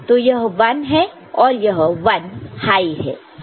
तो यह 1 है और यह 1 हाई है